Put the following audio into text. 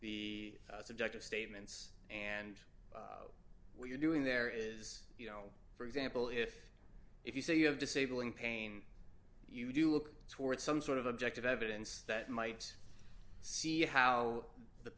the subjective statements and we're doing there is you know for example if if you say you have disabling pain you do look toward some sort of objective evidence that might see how the